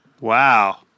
Wow